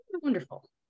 Wonderful